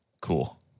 Cool